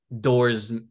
doors